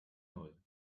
null